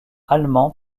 allemands